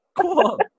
Cool